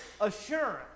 assurance